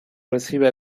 recibe